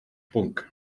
bwnc